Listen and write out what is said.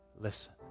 listen